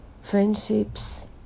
friendships